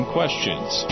Questions